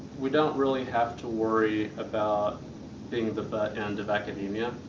we don't really have to worry about being the butt-end of academia,